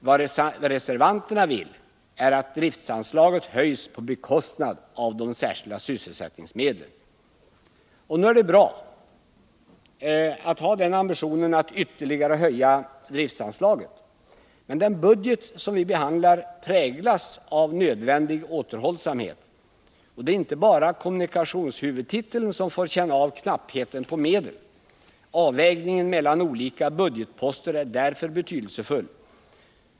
Vad reservanterna vill är att driftanslaget höjs på bekostnad av de särskilda sysselsättningsmedlen. Nog är det bra att ha ambitionen att ytterligare höja driftanslaget. Den budget vi behandlar präglas av nödvändig återhållsamhet. Det är inte bara kommunikationshuvudtiteln som får känna av knappheten på medel. Avvägningen mellan olika budgetposter är betydelsefull.